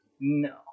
No